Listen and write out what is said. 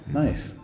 nice